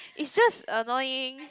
it's just annoying